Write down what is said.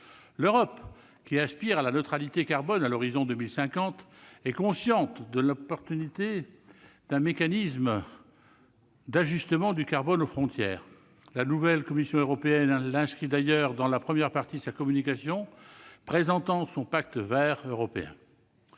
L'Europe, qui aspire à la neutralité carbone à l'horizon 2050, est consciente de l'importance d'un mécanisme d'ajustement du carbone aux frontières. La nouvelle Commission européenne l'inscrit d'ailleurs dans la première partie de sa communication présentant son Pacte vert européen.